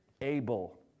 able